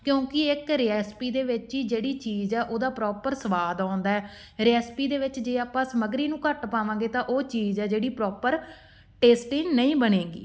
ਕਿਉਂਕਿ ਇੱਕ ਰੇਐਸਪੀ ਦੇ ਵਿੱਚ ਹੀ ਜਿਹੜੀ ਚੀਜ਼ ਆ ਉਹਦਾ ਪ੍ਰੋਪਰ ਸਵਾਦ ਆਉਂਦਾ ਰੈਸਪੀ ਦੇ ਵਿੱਚ ਜੇ ਆਪਾਂ ਸਮੱਗਰੀ ਨੂੰ ਘੱਟ ਪਾਵਾਂਗੇ ਤਾਂ ਉਹ ਚੀਜ਼ ਹੈ ਜਿਹੜੀ ਪ੍ਰੋਪਰ ਟੇਸਟੀ ਨਹੀਂ ਬਣੇਗੀ